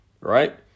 Right